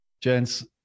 gents